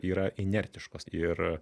yra inertiškos ir